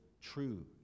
true